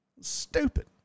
stupid